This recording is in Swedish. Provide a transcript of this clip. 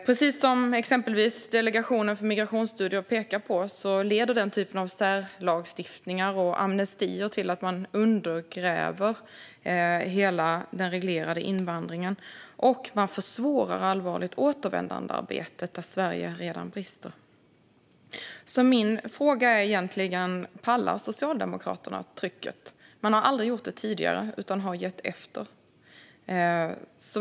Precis som exempelvis Delegationen för migrationsstudier har pekat på leder den här typen av särlagstiftningar och amnestier till att man undergräver hela den reglerade invandringen och allvarligt försvårar återvändandearbetet, där Sverige redan brister. Pallar Socialdemokraterna trycket? Man har aldrig gjort det tidigare utan har gett efter.